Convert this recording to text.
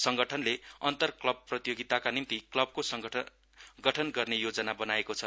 संगठनले अन्तर क्लब प्रतियोगिताका निम्ति क्लबको गठन गर्ने योजना बनाएको छ